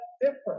different